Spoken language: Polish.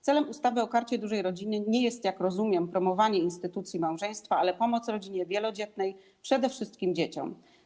Celem ustawy o Karcie Dużej Rodziny nie jest, jak rozumiem, promowanie instytucji małżeństwa, ale pomoc rodzinie wielodzietnej, przede wszystkim dzieciom.